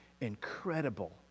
incredible